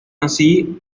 así